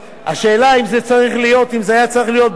השאלה, אם זה היה צריך להיות בכלל?